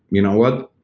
you know what?